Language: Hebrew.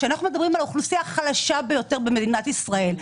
כשאנחנו מדברים על אוכלוסייה החלשה ביותר במדינת ישראל,